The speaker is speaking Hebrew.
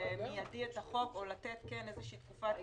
באופן מידי את החוק או לתת איזו תקופת